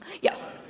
Yes